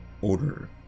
order